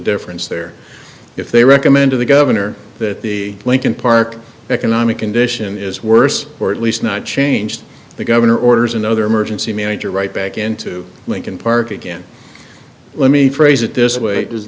difference there if they recommend to the governor that the lincoln park economic condition is worse or at least not changed the governor orders another emergency manager right back into lincoln park again let me phrase it this way